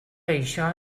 això